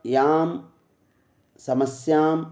यां समस्याम्